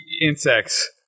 insects